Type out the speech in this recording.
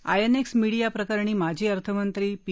INX media प्रकरणी माजी अर्थमंत्री पी